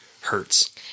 hurts